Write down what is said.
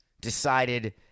decided